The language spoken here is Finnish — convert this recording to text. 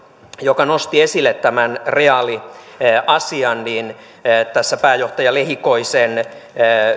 joka nosti esille tämän reaaliasian tässä puheenjohtaja lehikoisen